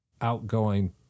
outgoing